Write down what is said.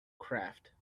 craft